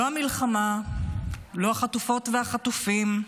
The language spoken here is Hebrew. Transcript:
לא המלחמה, לא החטופות והחטופים,